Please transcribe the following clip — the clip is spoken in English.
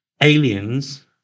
Aliens